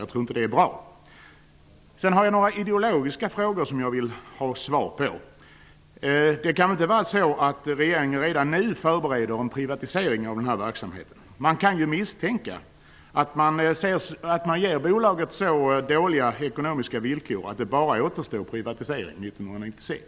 Jag tror inte det är bra. Jag vill också ha svar på några ideologiska frågor. Är det så att regeringen redan nu förbereder en privatisering av denna verksamhet? Det är lätt att misstänka att bolaget ges så dåliga ekonomiska villkor att endast privatisering återstår år 1996.